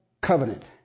covenant